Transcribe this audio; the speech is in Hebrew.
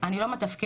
אני לא מתפקדת.